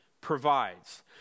provides